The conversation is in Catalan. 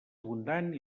abundant